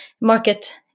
market